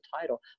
title